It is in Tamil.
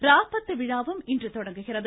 ராப்பத்து விழாவும் இன்று தொடங்குகிறது